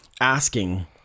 asking